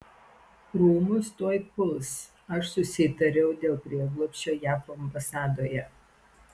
rūmus tuoj puls aš susitariau dėl prieglobsčio jav ambasadoje